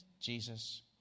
Jesus